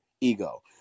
ego